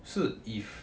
是 if